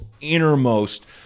innermost